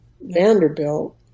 Vanderbilt